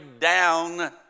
down